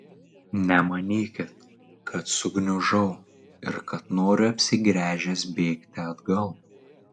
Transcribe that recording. nemanykit kad sugniužau ir kad noriu apsigręžęs bėgti atgal